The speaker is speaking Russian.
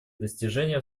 достижения